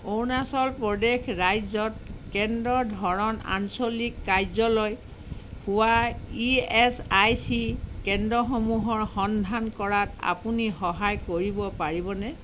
অৰুণাচল প্ৰদেশ ৰাজ্যত কেন্দ্ৰৰ ধৰণ আঞ্চলিক কাৰ্য্য়ালয় হোৱা ইএছআইচি কেন্দ্ৰসমূহৰ সন্ধান কৰাত আপুনি সহায় কৰিব পাৰিবনে